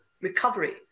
recovery